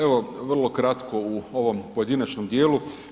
Evo, vrlo kratko u ovom pojedinačnom dijelu.